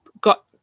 got